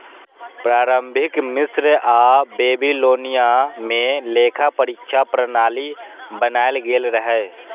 प्रारंभिक मिस्र आ बेबीलोनिया मे लेखा परीक्षा प्रणाली बनाएल गेल रहै